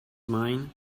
mine